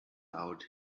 out